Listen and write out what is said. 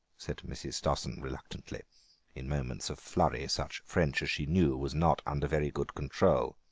said mrs. stossen reluctantly in moments of flurry such french as she knew was not under very good control.